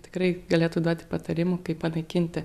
tikrai galėtų duoti patarimų kaip panaikinti